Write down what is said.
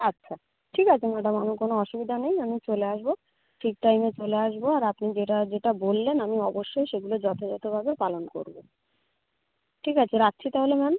আচ্ছা ঠিক আছে ম্যাডাম আমার কোনো অসুবিধা নেই আমি চলে আসব ঠিক টাইমে চলে আসব আর আপনি যেটা যেটা বললেন আমি অবশ্যই সেগুলো যথাযথভাবে পালন করব ঠিক আছে রাখছি তাহলে ম্যাম